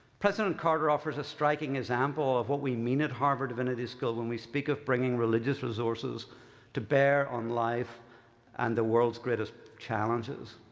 president carter offers a striking example of what we mean at harvard divinity school when we speak of bringing religious resources to bear on life and the world's greatest challenges.